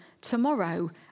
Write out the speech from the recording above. tomorrow